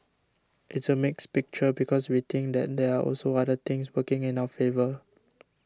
it's a mixed picture because we think that there are also other things working in our favour